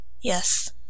Yes